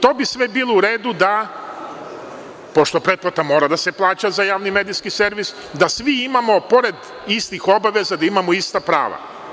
To bi sve bilo u redu da, pošto pretplata mora da se plaća ja Javni medijski servis, da svi imamo pored istih obaveza, da imamo ista prava.